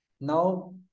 now